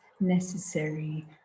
necessary